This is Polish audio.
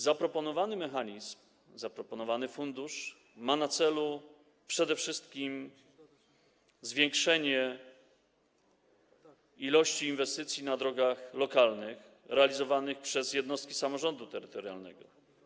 Zaproponowany mechanizm, fundusz ma na celu przede wszystkim zwiększenie ilości inwestycji na drogach lokalnych realizowanych przez jednostki samorządu terytorialnego.